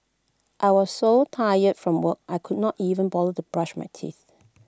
I was so tired from work I could not even bother to brush my teeth